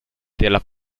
della